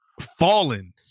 fallen